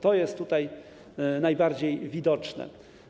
To jest tutaj najbardziej widoczne.